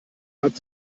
hat